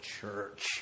church